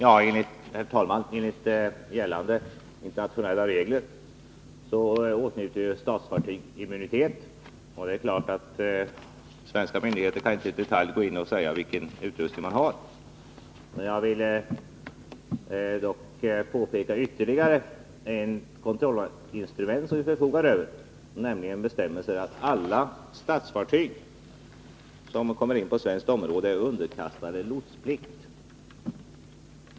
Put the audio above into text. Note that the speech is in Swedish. Herr talman! Enligt gällande internationella regler åtnjuter statsfartyg immunitet. Svenska myndigheter kan inte i detalj säga vilken utrustning de har. Jag vill dock påpeka att vi förfogar över ytterligare ett kontrollinstrument — jag tänker på bestämmelsen att alla statsfartyg som kommer in på svenskt område är underkastade lotsplikt.